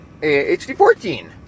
HD14